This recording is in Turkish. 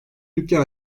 dükkan